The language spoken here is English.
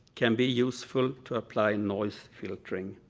can be useful to apply and noise filtering.